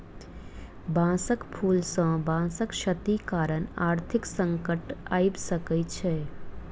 बांसक फूल सॅ बांसक क्षति कारण आर्थिक संकट आइब सकै छै